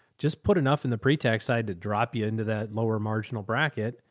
just put enough in the pretax side to drop you into that lower marginal bracket.